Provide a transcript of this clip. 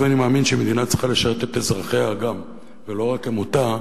והיות שאני מאמין שמדינה צריכה לשרת את אזרחיה גם ולא רק אותה,